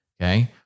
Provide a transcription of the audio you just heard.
Okay